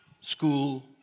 school